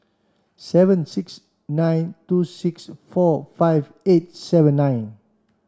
seven six nine two six four five eight seven nine